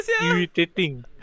Irritating